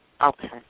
Okay